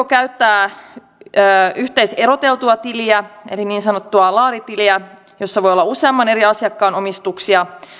käyttää joko yhteiseroteltua tiliä eli niin sanottua laaritiliä jossa voi olla useamman eri asiakkaan omistuksia